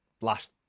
last